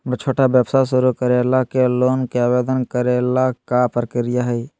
हमरा छोटा व्यवसाय शुरू करे ला के लोन के आवेदन करे ल का प्रक्रिया हई?